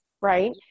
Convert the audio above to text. right